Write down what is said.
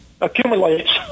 accumulates